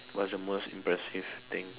what's the most impressive thing